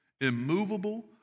immovable